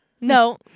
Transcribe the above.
No